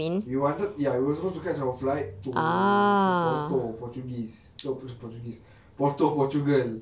we wanted ya we were supposed to catch our flight to porto portuguese not porto portuguese porto portugal